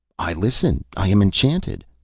i listen i am enchanted.